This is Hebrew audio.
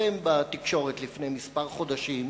שהתפרסם בתקשורת לפני כמה חודשים,